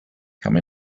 come